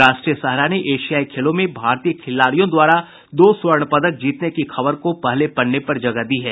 राष्ट्रीय सहारा ने एशियाई खेलो में भारतीय खिलाड़ियों द्वारा दो स्वर्ण पदक जीतने की खबर को पहले पन्ने पर जगह दी है